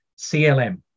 CLM